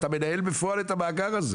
אתה מנהל בפועל את המאגר הזה.